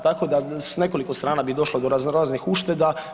Tako da s nekoliko strana bi došlo do razno raznih ušteda.